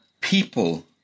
people